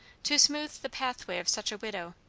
to smooth the pathway of such a widow!